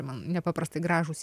man nepaprastai gražūs